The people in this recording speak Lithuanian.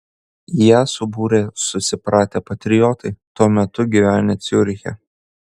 ją subūrė susipratę patriotai tuo metu gyvenę ciuriche